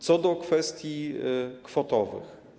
Co do kwestii kwotowych.